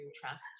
trust